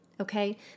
okay